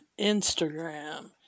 Instagram